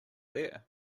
there